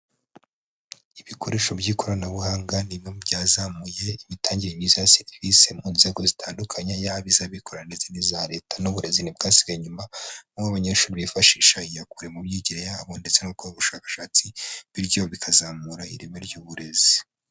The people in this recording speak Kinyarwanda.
Ibikoresho by'ikoranabuhanga ni bimwe mu byazamuye imitangire myiza ya serivisi mu nzego zitandukanye, yaba iz'abikorera ndetse n'iza leta n'uburezi ntibwasigaye inyuma, aho abanyeshuri bifashisha iyakure mu myigire yabo ndetse no gukora ubushakashatsi bityo bikazamura ireme ry'uburezi.